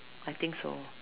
I think so